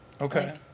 Okay